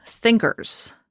thinkers